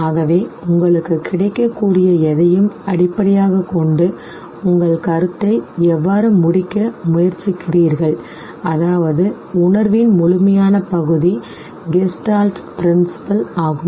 ஆகவே உங்களுக்குக் கிடைக்கக்கூடிய எதையும் அடிப்படையாகக் கொண்டு உங்கள் கருத்தை எவ்வாறு முடிக்க முயற்சிக்கிறீர்கள் அதாவது உணர்வின் முழுமையான பகுதி கெஸ்டால்ட் கூற்று ஆகும்